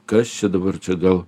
kas čia dabar čia gal